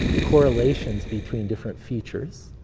correlations between different features.